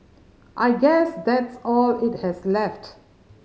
I guess that's all it has left